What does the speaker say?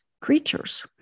creatures